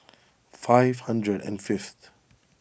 five hundred and fifth